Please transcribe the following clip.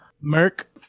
Merc